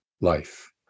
life